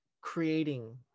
creating